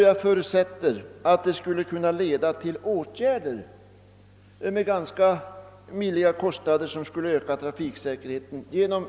Jag förutsätter nämligen att en sådan inventering skulle leda till att åtgärder vidtogs för att med ganska låga kostnader öka trafiksäkerheten.